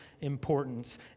importance